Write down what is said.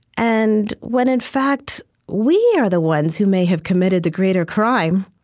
and when in fact we are the ones who may have committed the greater crime,